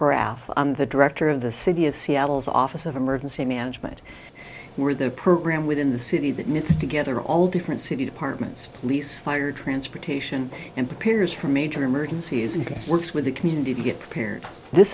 graff i'm the director of the city of seattle's office of emergency management where the program within the city that meets together all different city departments police fire transportation and prepares for major emergencies and works with the community to get prepared this